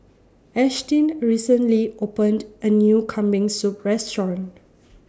Ashtyn recently opened A New Kambing Soup Restaurant